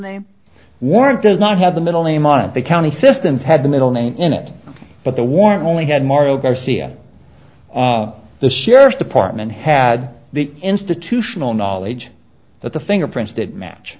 name warrant does not have the middle name of the county systems had the middle name in it but the warrant only had mario garcia the sheriff's department had the institutional knowledge that the fingerprints did match